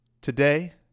Today